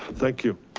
thank you,